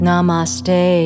Namaste